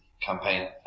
campaign